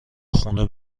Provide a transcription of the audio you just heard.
خونه